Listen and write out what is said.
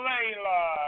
Layla